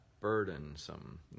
burdensome